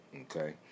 Okay